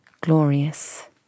glorious